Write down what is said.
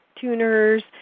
tuners